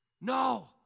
No